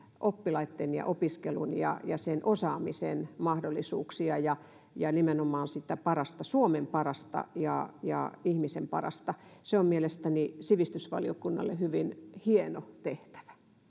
oppilaitten opiskelun ja osaamisen mahdollisuuksia ja ja nimenomaan suomen parasta ja ja ihmisen parasta se on mielestäni sivistysvaliokunnalle hyvin hieno tehtävä